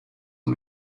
and